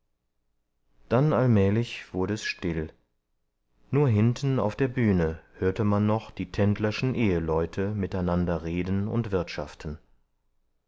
dann allmählich wurde es still nur hinten auf der bühne hörte man noch die tendlerschen eheleute miteinander reden und wirtschaften